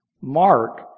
Mark